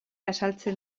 azaltzen